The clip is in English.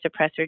suppressor